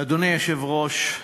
אדוני היושב-ראש,